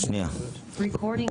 רגע.